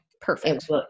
Perfect